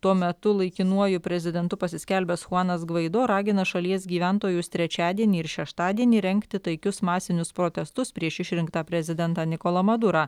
tuo metu laikinuoju prezidentu pasiskelbęs chuanas guaido ragina šalies gyventojus trečiadienį ir šeštadienį rengti taikius masinius protestus prieš išrinktą prezidentą nikolą madurą